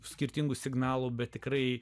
skirtingų signalų bet tikrai